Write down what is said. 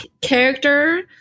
character